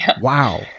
wow